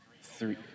three